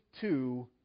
two